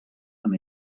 amb